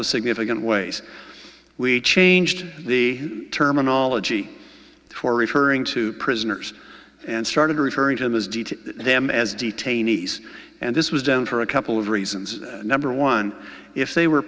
of significant ways we changed the terminology for referring to prisoners and started referring to them as d to them as detainees and this was done for a couple of reasons number one if they were